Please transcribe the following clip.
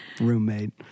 roommate